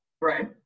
Right